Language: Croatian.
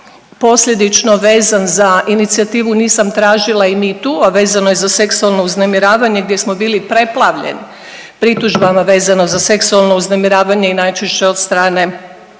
posljedično vezan za inicijativu Nisam tražila i Me too, a vezano je za seksualno uznemiravanje gdje smo bili preplavljeni pritužbama vezano za seksualno uznemiravanje i najčešće od strane